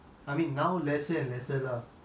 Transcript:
as days come by